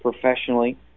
professionally